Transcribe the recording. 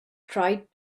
tried